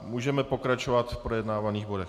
Můžeme pokračovat v projednávaných bodech.